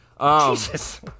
Jesus